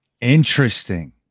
Interesting